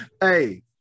Hey